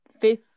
fifth